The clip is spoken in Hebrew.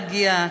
לא להגיע,